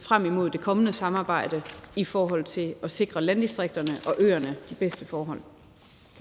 frem imod det kommende samarbejde i forhold til at sikre landdistrikterne og øerne de bedste forhold.